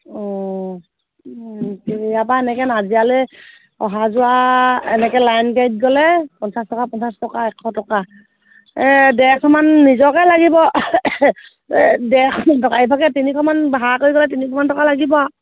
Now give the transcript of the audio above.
অঁ ইয়াৰ পৰা এনেকৈ নাজিৰালৈ অহা যোৱা এনেকৈ লাইন গাড়ীত গ'লে পঞ্চাছ টকা পঞ্চাছ টকা এশ টকা এই ডেৰশমান নিজকে লাগিব ডেৰশমান টকা ইভাগে তিনিশমান ভাড়া কৰি গ'লে তিনিশমান টকা লাগিব আৰু